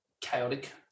chaotic